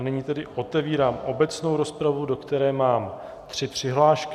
Nyní otevírám obecnou rozpravu, do které mám tři přihlášky.